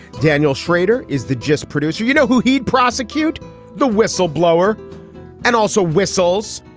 daniel schrader is the gist producer. you know who he'd prosecute the whistleblower and also whistles.